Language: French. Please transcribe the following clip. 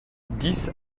dix